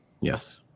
Yes